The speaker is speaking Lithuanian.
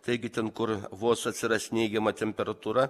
taigi ten kur vos atsiras neigiama temperatūra